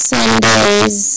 Sunday's